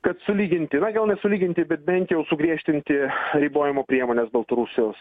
kad sulyginti na gal nesulyginti bet bent jau sugriežtinti ribojimo priemones baltarusijos